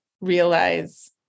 realize